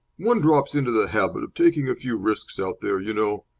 one drops into the habit of taking a few risks out there, you know.